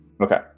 Okay